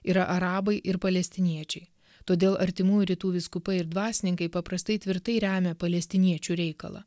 yra arabai ir palestiniečiai todėl artimųjų rytų vyskupai ir dvasininkai paprastai tvirtai remia palestiniečių reikalą